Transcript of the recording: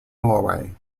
norway